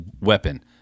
weapon